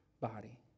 body